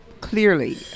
clearly